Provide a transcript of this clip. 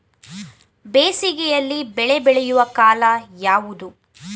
ಬೇಸಿಗೆ ಯಲ್ಲಿ ಬೆಳೆ ಬೆಳೆಯುವ ಕಾಲ ಯಾವುದು?